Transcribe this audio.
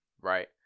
right